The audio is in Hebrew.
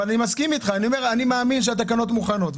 אני מאמין שהתקנות מוכנות,